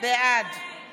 בעד